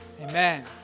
Amen